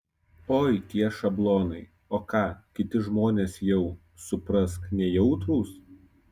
oi tie šablonai o ką kiti žmonės jau suprask nejautrūs